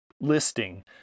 listing